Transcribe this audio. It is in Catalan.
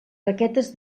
raquetes